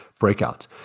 breakouts